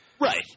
Right